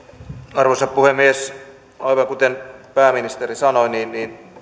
arvoisa puhemies aivan kuten pääministeri sanoi